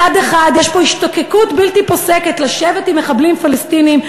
מצד אחד יש פה השתוקקות בלתי פוסקת לשבת עם מחבלים פלסטינים,